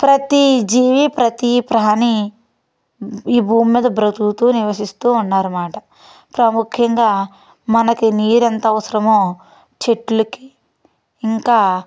ప్రతి జీవి ప్రతి ప్రాణి ఈ భూమి మీద బ్రతుకుతు నివసిస్తు ఉన్నరన్నమాట ప్రాముఖ్యంగా మనకి నీరు ఎంత అవసరమో చెట్లకి ఇంకా